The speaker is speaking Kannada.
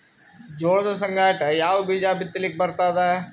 ಜೋಳದ ಸಂಗಾಟ ಯಾವ ಬೀಜಾ ಬಿತಲಿಕ್ಕ ಬರ್ತಾದ?